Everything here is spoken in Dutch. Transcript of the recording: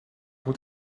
moet